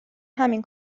همین